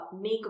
make